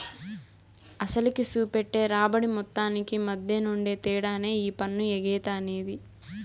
అసలుకి, సూపెట్టే రాబడి మొత్తానికి మద్దెనుండే తేడానే ఈ పన్ను ఎగేత అనేది